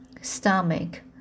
stomach